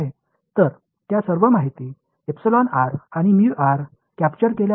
எனவே அந்த தகவல்கள் அனைத்தும் மற்றும் ஆல் கைப்பற்றப்படுகின்றன